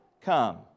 Come